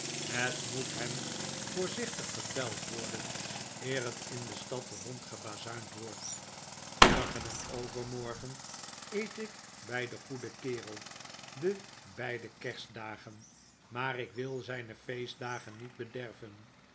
het moet hem voorzichtig verteld worden eer het in de stad rondgebazuind wordt morgen en overmorgen eet ik by den goeden kerel de beide kerstdagen maar ik wil zijne feestdagen niet bederven